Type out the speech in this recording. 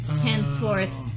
Henceforth